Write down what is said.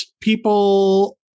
people